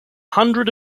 hundred